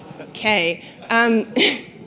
Okay